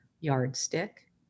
yardstick